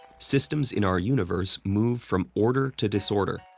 systems in our universe move from order to disorder,